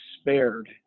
spared